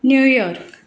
New York